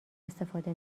استفاده